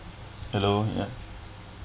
hello yeah